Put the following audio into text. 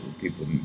people